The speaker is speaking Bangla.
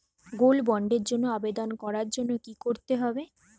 গোল্ড বন্ডের জন্য আবেদন করার জন্য কি করতে হবে?